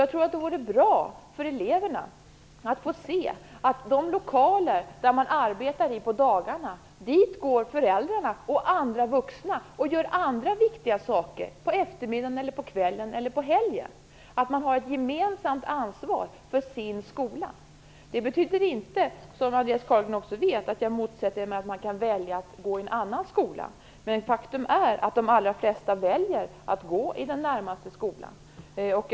Jag tror att det vore bra för eleverna att få se att de lokaler där de arbetar på dagarna används för andra viktiga saker av föräldrarna och andra vuxna på eftermiddagen, på kvällen eller på helgen, så att man känner ett gemensamt ansvar för sin skola. Det betyder inte, som Andreas Carlgren också vet, att jag motsätter mig att man skall ha möjlighet att välja att gå i en annan skola. Men faktum är att de allra flesta väljer att gå i den skola som ligger närmast.